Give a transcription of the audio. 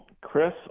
Chris